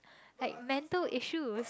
had mental issues